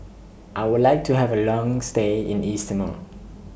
I Would like to Have A Long stay in East Timor